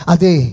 Ade